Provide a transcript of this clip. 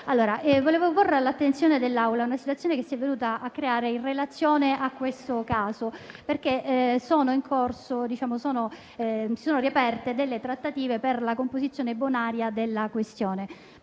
vorrei porre all'attenzione dell'Assemblea una situazione che si è venuta a creare in relazione a questo caso, perché si sono riaperte delle trattative per la composizione bonaria della questione.